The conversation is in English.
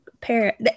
pair